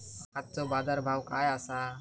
आजचो बाजार भाव काय आसा?